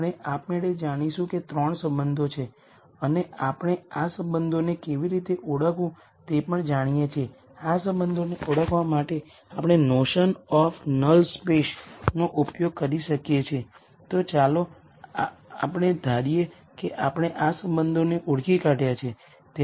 આપણે જાણીએ છીએ કે આ બધા n આઇગનવેક્ટર્સ પણ સ્વતંત્ર છે કારણ કે આપણે સિમેટ્રિક મેટ્રિક્સ શું છે તે ધ્યાનમાં લીધા વિના કહ્યું અમને હંમેશાં લિનયરલી ઇંડિપેંડેન્ટ આઇગન વેક્ટર્સ મળશે